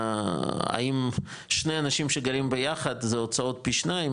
האם שני אנשים שגרים ביחד זה הוצאות פי שניים,